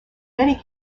many